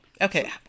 Okay